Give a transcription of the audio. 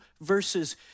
verses